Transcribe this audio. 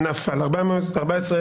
הצבעה לא אושרה נפל.